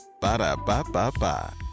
Ba-da-ba-ba-ba